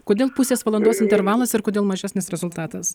kodėl pusės valandos intervalas ir kodėl mažesnis rezultatas